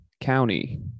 County